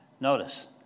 Notice